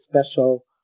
special